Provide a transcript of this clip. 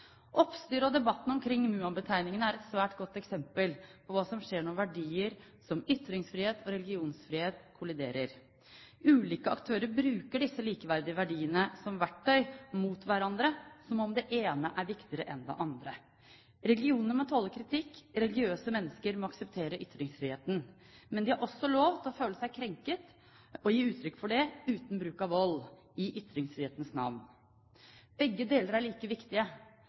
og debatten omkring Muhammed-tegningene er et svært godt eksempel på hva som skjer når verdier som ytringsfrihet og religionsfrihet kolliderer. Ulike aktører bruker disse likeverdige verdiene som verktøy mot hverandre, som om det ene er viktigere enn det andre. Religionene må tåle kritikk. Religiøse mennesker må akseptere ytringsfriheten. Men de har også lov til å føle seg krenket og gi uttrykk for det uten bruk av vold, i ytringsfrihetens navn. Begge deler er like